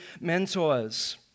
mentors